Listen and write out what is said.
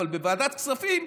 אבל בוועדת כספים,